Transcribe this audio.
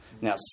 Now